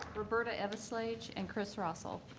roberta eveslage and chris roesel.